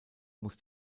muss